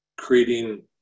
Creating